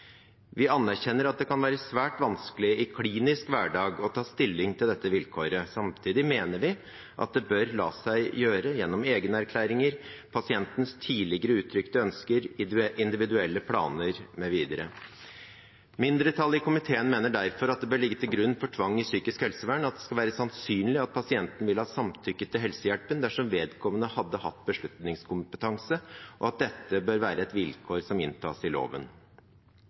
Vi anerkjenner at det kan være svært vanskelig i klinisk hverdag å ta stilling til dette vilkåret. Samtidig mener vi at det bør la seg gjøre gjennom egenerklæringer, pasientens tidligere uttrykte ønsker, individuelle planer, mv. Mindretallet i komiteen mener derfor at det bør ligge til grunn for tvang i psykisk helsevern at det skal være sannsynlig at pasienten ville ha samtykket til helsehjelpen dersom vedkommende hadde hatt beslutningskompetanse, og at dette bør være et vilkår som inntas i loven.